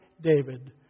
David